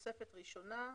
אני ממשיכה לתוספת הראשונה.